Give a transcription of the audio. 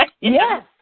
Yes